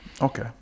Okay